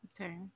Okay